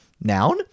Noun